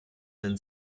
and